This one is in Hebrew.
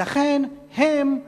ולכן הם,